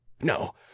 no